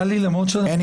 הצבעה לא אושרו.